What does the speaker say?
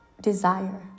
desire